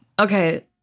Okay